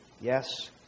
Yes